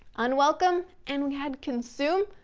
unwelcome and we had consumed,